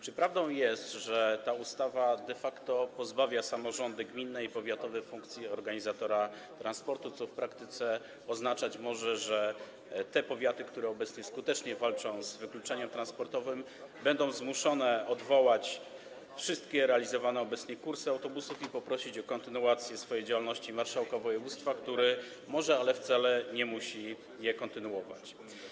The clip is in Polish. Czy prawdą jest, że ta ustawa de facto pozbawia samorządy gminne i powiatowe funkcji organizatora transportu, co w praktyce oznaczać może, że te powiaty, które obecnie skutecznie walczą z wykluczeniem transportowym, będą zmuszone odwołać wszystkie realizowane obecnie kursy autobusów i poprosić o kontynuację swojej działalności marszałka województwa, który może - ale wcale nie musi - je kontynuować?